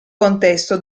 contesto